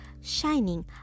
shining